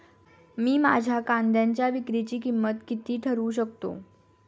मी माझ्या कांद्यांच्या विक्रीची किंमत किती ठरवू शकतो?